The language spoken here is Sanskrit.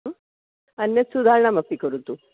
अन्यत् सुधारणमपि करोतु